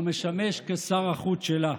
הוא משמש כשר החוץ שלה.